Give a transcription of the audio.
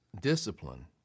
discipline